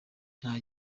nta